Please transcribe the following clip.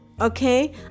okay